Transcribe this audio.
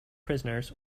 prisoners